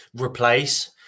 replace